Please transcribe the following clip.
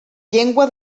llengua